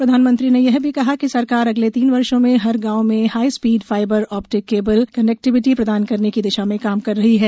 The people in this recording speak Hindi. प्रधानमंत्री ने कहा कि सरकार अगले तीन वर्षो में हर गांव में high speed fibre optic cable connectivity प्रदान करने की दिशा में काम कर रही है